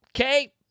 Okay